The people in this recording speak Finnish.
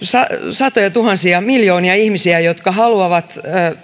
satojatuhansia miljoonia ihmisiä jotka haluavat